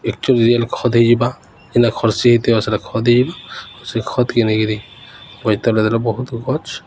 actually real ଖତ୍ ହେଇଯିବା ଯେନା ଖର୍ସି ହେଇଥିବା ସେଟା ଖତ୍ ହେଇଯିବା ସେ ଖତ୍କେ ନେଇକିରି ଗଛ୍ ତଳେ ଦେଲେ ବହୁତ୍ ଗଛ